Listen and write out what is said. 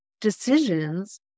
decisions